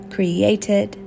Created